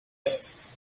this